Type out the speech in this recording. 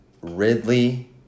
Ridley